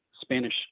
spanish